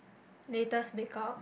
latest make up